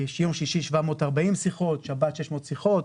יום שישי, 740 שיחות, שבת, 600 שיחות.